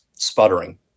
Sputtering